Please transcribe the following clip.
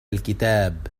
الكتاب